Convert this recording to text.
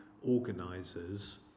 organisers